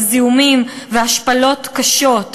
על זיהומים והשפלות קשות,